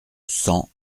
cent